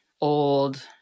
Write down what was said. old